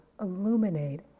illuminate